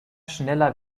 schneller